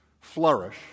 flourish